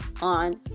on